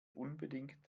unbedingt